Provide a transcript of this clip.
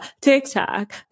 TikTok